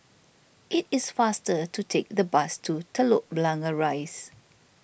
it is faster to take the bus to Telok Blangah Rise